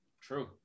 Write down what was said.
True